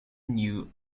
new